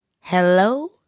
Hello